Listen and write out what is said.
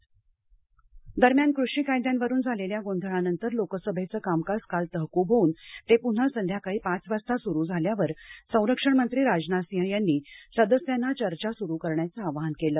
लोकसभा चर्चा दरम्यान कृषी कायद्यांवरून झालेल्या गोंधळानंतर लोकसभेचं कामकाज तहकूब होऊन ते पुन्हा संध्याकाळी पाच वाजता सुरू झाल्यावर संरक्षण मंत्री राजनाथ सिंह यांनी सदस्यांना चर्चा सुरू करण्याचं आवाहन केलं